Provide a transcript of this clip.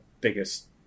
biggest